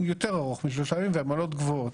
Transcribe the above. יותר ארוך משלושה ימים ועמלות גבוהות.